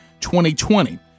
2020